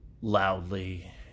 loudly